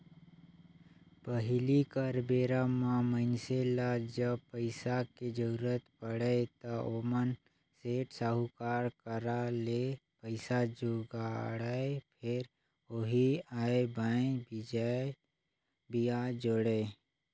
पहिली कर बेरा म मइनसे ल जब पइसा के जरुरत पड़य त ओमन सेठ, साहूकार करा ले पइसा जुगाड़य, फेर ओही आंए बांए बियाज जोड़य